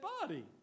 body